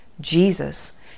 Jesus